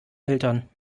eltern